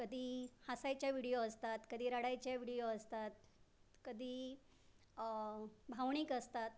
कधी हसायच्या विडिओ असतात कधी रडायचे विडिओ असतात कधी भावनिक असतात